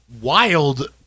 wild